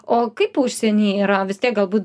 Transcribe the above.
o kaip užsieny yra vis tiek galbūt